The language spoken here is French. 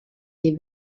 les